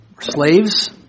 slaves